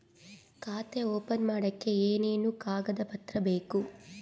ಖಾತೆ ಓಪನ್ ಮಾಡಕ್ಕೆ ಏನೇನು ಕಾಗದ ಪತ್ರ ಬೇಕು?